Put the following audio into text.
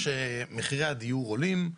מחירי הדיור עולים,